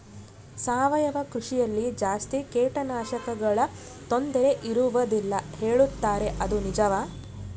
ಸಾವಯವ ಕೃಷಿಯಲ್ಲಿ ಜಾಸ್ತಿ ಕೇಟನಾಶಕಗಳ ತೊಂದರೆ ಇರುವದಿಲ್ಲ ಹೇಳುತ್ತಾರೆ ಅದು ನಿಜಾನಾ?